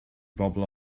bobl